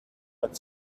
but